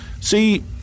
See